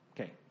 okay